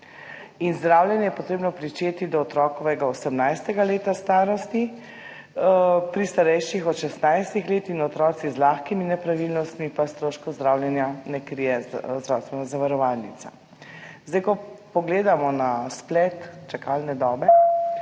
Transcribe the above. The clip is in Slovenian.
Zdravljenje je potrebno pričeti do otrokovega 18. leta starosti. Pri starejših od 16. let in pri otrocih z lahkimi nepravilnostmi pa stroškov zdravljenja ne krije zdravstvena zavarovalnica. Ko na spletu pogledamo čakalne dobe,